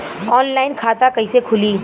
Online खाता कइसे खुली?